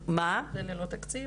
וללא תקציב.